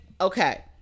Okay